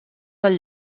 del